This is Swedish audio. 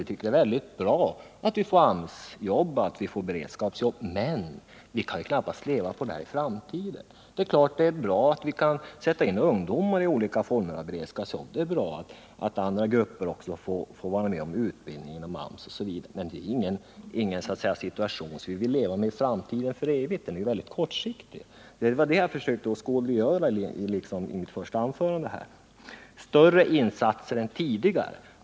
Vi tycker det är bra att vi får AMS-jobb och beredskapsjobb, men vi kan knappast leva på det i framtiden. Det är klart att det är bra att vi kan sätta in ungdomar i olika former av beredskapsjobb. Det är bra att också andra grupper får utbildning genom AMS osv. Men det är ingen situation som vi vill leva med för evigt. Det är en kortsiktig lösning. Det var det jag försökte åskådliggöra i mitt första anförande. — Större insatser än tidigare.